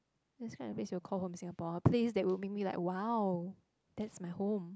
describe a place you will call home in Singapore a place that will make me like !wow! that's my home